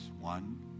one